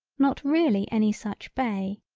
not really any such bay.